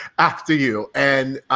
after you. and